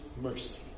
mercy